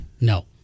No